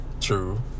True